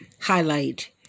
highlight